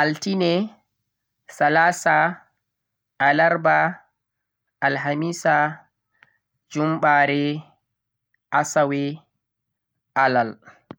Altine, Salasa, Alarba, Alhamisa, Jumɓare, Asawe be Alal